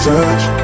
Touch